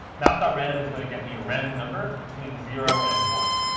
math ah random is going to get me a random number between zero and one.